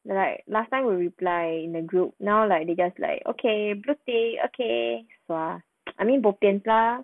like last time will reply in a group now like they just like okay blue tick okay !wah! I mean bopian lah